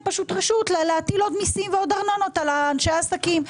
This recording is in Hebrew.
רשות להטיל עוד מיסים ועוד ארנונות על אנשי העסקים.